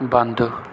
ਬੰਦ